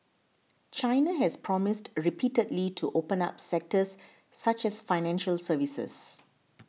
China has promised repeatedly to open up sectors such as financial services